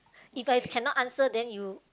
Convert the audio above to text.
If I cannot answer then you